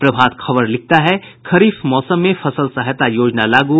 प्रभात खबर लिखता है खरीफ मौसम में फसल सहायता योजना लागू